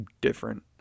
different